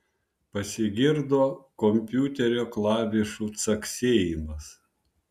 pasigirdo kompiuterio klavišų caksėjimas